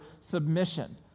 submission